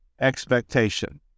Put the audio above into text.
expectation